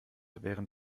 während